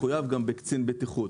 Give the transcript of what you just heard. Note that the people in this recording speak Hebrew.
מחויב בקצין בטיחות.